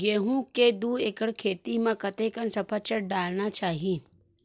गेहूं के दू एकड़ खेती म कतेकन सफाचट डालना चाहि?